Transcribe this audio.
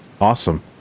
Awesome